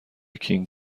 کینگ